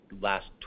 last